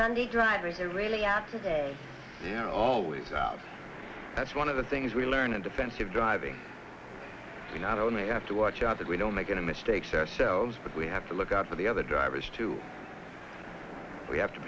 sunday drivers are really out today they're always out that's one of the things we learned defensive driving we not only have to watch out that we don't make any mistakes ourselves but we have to look out for the other drivers too we have to